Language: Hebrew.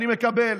אני מקבל,